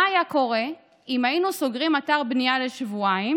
מה היה קורה אם היינו סוגרים אתר בנייה לשבועיים